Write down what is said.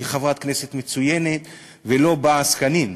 היא חברת כנסת מצוינת, ולא בעסקנים.